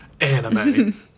anime